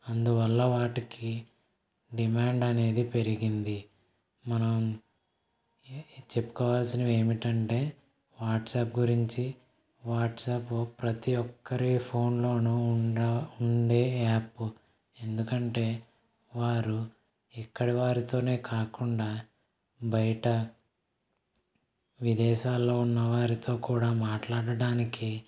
అందువల్ల వాటికి డిమాండ్ అనేది పెరిగింది మనం చెప్పుకోవాల్సినవి ఏమిటంటే వాట్సప్ గురించి వాట్సపు ప్రతీ ఒక్కరి ఫోన్లోను ఉండా ఉండే యాప్ ఎందుకంటే వారు ఇక్కడివారితోనే కాకుండా బయట విదేశాల్లో ఉన్న వారితో కూడా మాట్లాడడానికి